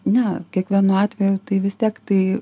ne kiekvienu atveju tai vis tiek tai